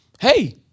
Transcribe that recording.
Hey